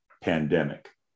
pandemic